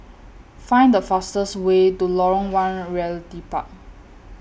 Find The fastest Way to Lorong one Realty Park